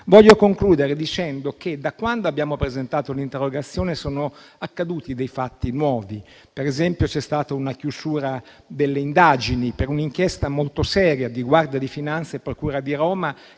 il mio intervento dicendo che da quando abbiamo presentato l'interrogazione sono accaduti dei fatti nuovi, per esempio c'è stata la chiusura delle indagini per un'inchiesta molto seria, della Guardia di finanza e della procura di Roma,